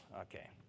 Okay